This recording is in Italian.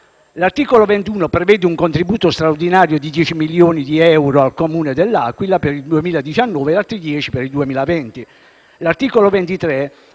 L'articolo 21 prevede un contributo straordinario di 10 milioni di euro al Comune dell'Aquila per il 2019 e di altri 10 per il 2020. L'articolo 23